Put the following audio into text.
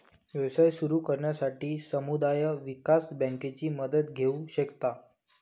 व्यवसाय सुरू करण्यासाठी समुदाय विकास बँकेची मदत घेऊ शकता